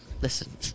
listen